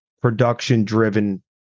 production-driven